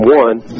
one